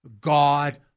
God